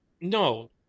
No